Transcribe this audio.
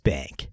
Bank